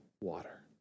water